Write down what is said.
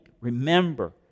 remember